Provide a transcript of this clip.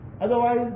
Otherwise